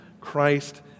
Christ